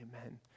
amen